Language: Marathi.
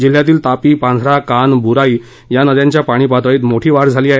जिल्ह्यातील तापी पांझरा कान बुराई या नद्यांच्या पाणी पातळीत मोठी वाढ झाली आहे